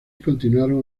continuaron